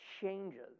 changes